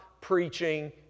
preaching